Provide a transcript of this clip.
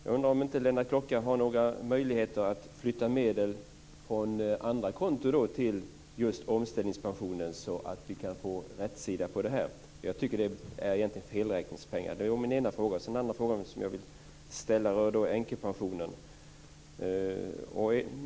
Jag undrar om inte Lennart Klockare har några möjligheter att flytta medel från andra konton till just omställningspensionen, så att vi kan få rätsida på detta. Jag tycker att det egentligen handlar om felräkningspengar. Det var min ena fråga. Den andra frågan som jag vill ställa rör änkepensionen.